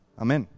Amen